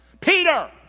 Peter